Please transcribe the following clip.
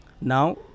Now